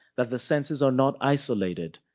that the senses are not isolated,